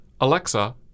Alexa